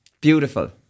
beautiful